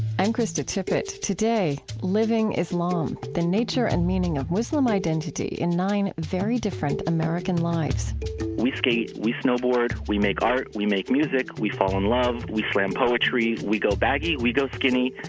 i'm krista tippett. today, living islam, the nature and meaning of muslim identity in nine very different american lives we skate, we snowboard, we make art, we make music, we fall in love, we slam poetry, we go baggy, we go skinny,